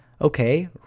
Okay